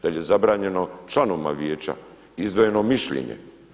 Da li je zabranjeno članovima vijeća izdvojeno mišljenje.